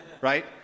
right